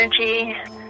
energy